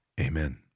Amen